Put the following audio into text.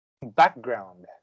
background